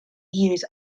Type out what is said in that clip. use